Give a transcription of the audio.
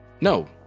No